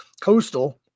Coastal